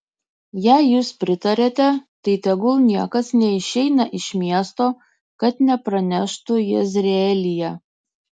jei jūs pritariate tai tegul niekas neišeina iš miesto kad nepraneštų jezreelyje